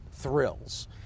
Thrills